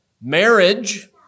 marriage